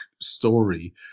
story